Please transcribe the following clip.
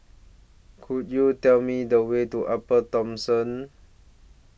Could YOU Tell Me The Way to Upper Thomson